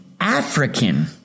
African